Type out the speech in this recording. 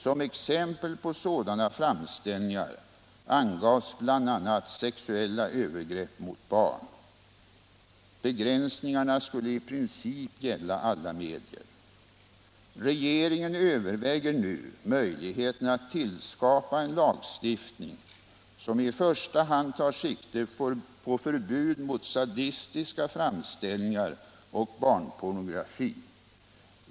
Som exempel på sådana framställningar angavs bl.a. sexuella övergrepp mot barn. Begränsningarna skulle i princip gälla alla medier. Regeringen överväger nu möjligheterna att tillskapa en lagstiftning, som i första hand tar sikte på förbud mot sadistiska framställningar och barnpornografi.